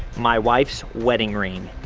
my wife's wedding ring.